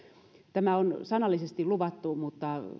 tämä on sanallisesti luvattu mutta